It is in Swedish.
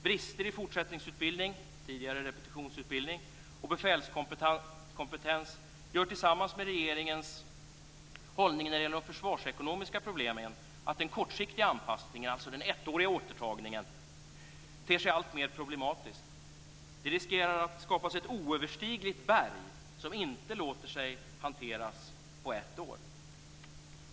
Brister i fortsättningsutbildning, tidigare repetitionsutbildning, och i befälskompetens gör tillsammans med regeringens hållning när det gäller de försvarsekonomiska problemen att den kortsiktiga anpassningen - alltså den ettåriga återtagningen - ter sig alltmer problematisk. Detta riskerar att skapa ett oöverstigligt berg, som inte låter sig hanteras på ett år.